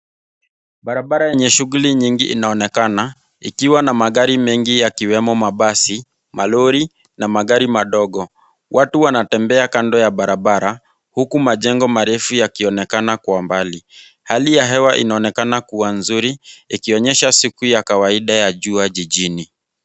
Barabara yenye shughuli nyingi inaonekana, ikiwa na magari mengi yakiwemo mabasi, malori na magari madogo. Watu wanatembea kando ya barabara, huku majengo marefu yakionekana kwa mbali. Hali ya hewa inaonekana kuwa nzuri, ikionyesha siku ya kawaida ya jua jijini.